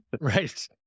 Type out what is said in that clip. Right